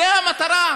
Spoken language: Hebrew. זאת המטרה?